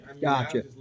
Gotcha